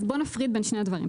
אז בואו נפריד בין שני הדברים,